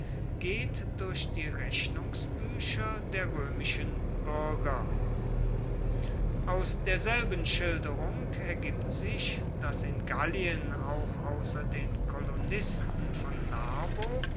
geht durch die rechnungsbücher der römischen bürger aus derselben schilderung ergibt sich daß in gallien auch außer den kolonisten von narbo